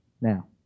Now